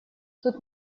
тут